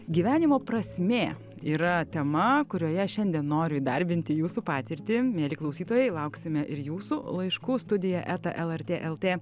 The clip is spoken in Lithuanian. gyvenimo prasmė yra tema kurioje šiandien noriu įdarbinti jūsų patirtį mieli klausytojai lauksime ir jūsų laiškų studija eta lrt lt